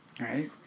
Right